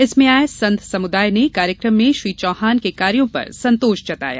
इसमें आए संत समुदाय ने कार्यक्रम में श्री चौहान के कार्यों पर संतोष जताया